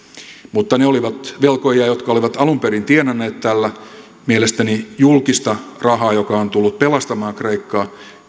mutta ne olivat velkojia jotka olivat alun perin tienanneet tällä mielestäni julkista rahaa joka on tullut pelastamaan kreikkaa